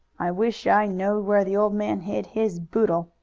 i wish i knowed where the old man hid his boodle,